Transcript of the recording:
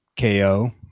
KO